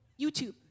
YouTube